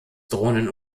drohenden